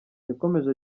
yakomeje